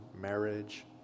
marriage